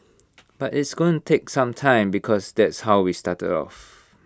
but it's going take some time because that's how we started off